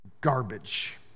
garbage